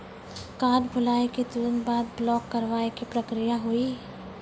Card भुलाए के तुरंत बाद ब्लॉक करवाए के का प्रक्रिया हुई?